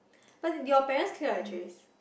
but as in do your parents clear your trays